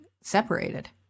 separated